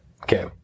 Okay